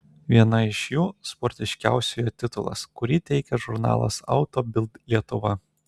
viena iš jų sportiškiausiojo titulas kurį teikia žurnalas auto bild lietuva